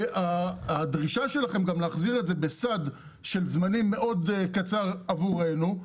הדרישה שלכם להחזיר את זה בסד של זמנים מאוד קצר עבורנו,